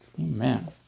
Amen